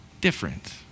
different